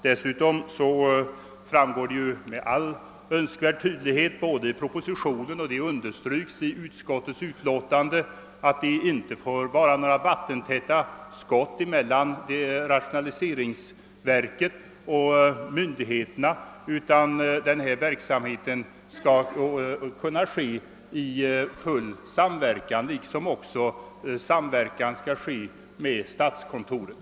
Dessutom framgår det med all önskvärd tydlighet i propositionen, understruket i utskottsutlåtandet, att det inte får finnas några vattentäta skott mellan rationaliseringsverket och myndigheterna, utan verksamheten skall kunna äga rum i full samverkan, en samverkan som också skall gälla statskontoret.